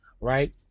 right